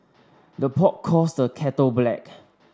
the pot calls the kettle black